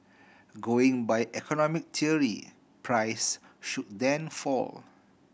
going by economic theory price should then fall